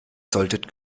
solltet